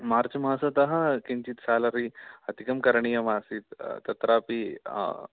मार्च् मासतः किञ्चित् सेलरी अधिकं करणीयमासीत् तत्रापि